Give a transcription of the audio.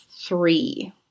three